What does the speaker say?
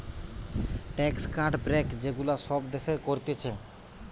tax cut, break যে গুলা সব দেশের করতিছে